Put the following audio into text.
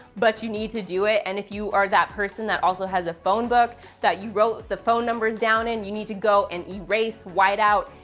but you need to do it, and if you are that person that also has a phone book that you wrote the phone numbers down in, and you need to go and erase, white out.